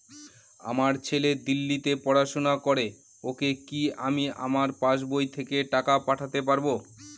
আমার ছেলে দিল্লীতে পড়াশোনা করে ওকে কি আমি আমার পাসবই থেকে টাকা পাঠাতে পারব?